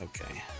okay